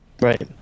Right